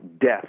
death